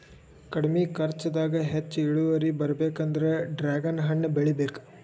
ಕಡ್ಮಿ ಕರ್ಚದಾಗ ಹೆಚ್ಚ ಇಳುವರಿ ಬರ್ಬೇಕಂದ್ರ ಡ್ರ್ಯಾಗನ್ ಹಣ್ಣ ಬೆಳಿಬೇಕ